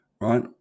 right